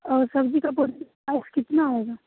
सब्जी का पौधा का प्राइस कितना होगा